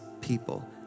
people